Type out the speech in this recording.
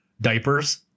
diapers